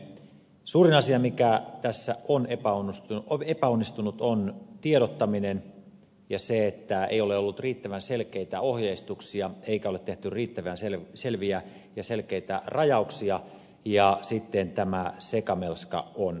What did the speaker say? suurin asia mikä tässä on epäonnistunut on tiedottaminen ja se että ei ole ollut riittävän selkeitä ohjeistuksia eikä ole tehty riittävän selviä ja selkeitä rajauksia ja sitten tämä sekamelska on valmis